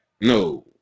No